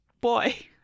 boy